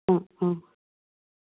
অঁ অঁ